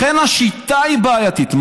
לכן, השיטה היא בעייתית.